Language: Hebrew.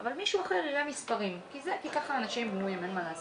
אבל מישהו אחר יראה מספרים כי כך אנשים בנויים ואין מה לעשות.